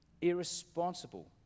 irresponsible